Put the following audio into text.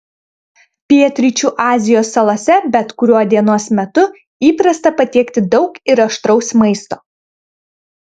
pietryčių azijos salose bet kuriuo dienos metu įprasta patiekti daug ir aštraus maisto